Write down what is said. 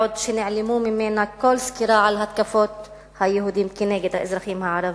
בעוד שנעלמה ממנה כל סקירה על התקפות היהודים נגד האזרחים הערבים.